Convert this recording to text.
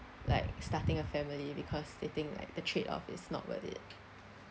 like starting a family because they think like the tradeoff is not worth it